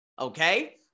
okay